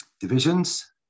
divisions